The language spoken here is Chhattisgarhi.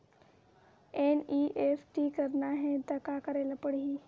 एन.ई.एफ.टी करना हे त का करे ल पड़हि?